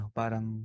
parang